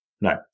No